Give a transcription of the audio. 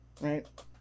right